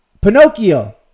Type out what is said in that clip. Pinocchio